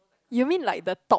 you mean like the top